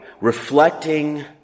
reflecting